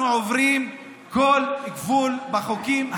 אנחנו עוברים כל גבול בחוקים האלה,